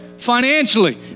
Financially